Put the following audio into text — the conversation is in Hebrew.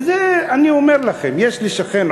וזה אני אומר לכם: יש לי שכן,